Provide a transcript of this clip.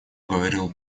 говорил